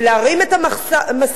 ולהרים את המסך,